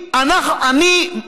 אני,